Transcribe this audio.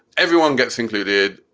everyone gets included.